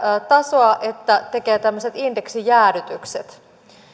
tasoa että tekee tämmöiset indeksijäädytykset